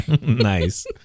Nice